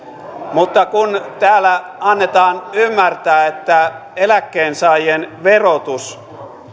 mutta kun täällä annetaan ymmärtää että eläkkeensaajien verotus